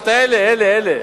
אמרת: אלה, אלה, אלה.